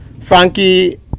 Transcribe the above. Frankie